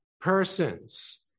persons